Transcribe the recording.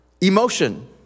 emotion